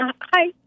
Hi